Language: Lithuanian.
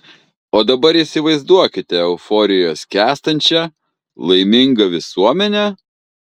o dabar įsivaizduokite euforijoje skęstančią laimingą visuomenę